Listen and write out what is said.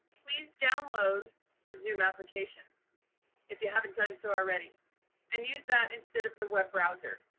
please download the zoom application if you haven't done so already and use that instead of the web browser.